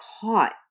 caught